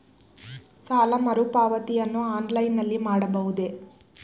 ಸಾಲ ಮರುಪಾವತಿಯನ್ನು ಆನ್ಲೈನ್ ನಲ್ಲಿ ಮಾಡಬಹುದೇ?